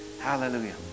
Hallelujah